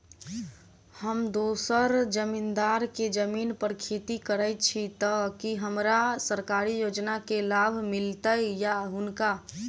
हम दोसर जमींदार केँ जमीन पर खेती करै छी तऽ की हमरा सरकारी योजना केँ लाभ मीलतय या हुनका?